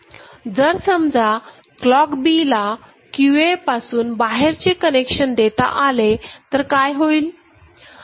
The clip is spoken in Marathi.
जर समजा क्लॉक B ला QA पासून बाहेरचे कनेक्शन देता आले तर काय होईल